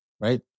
Right